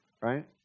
right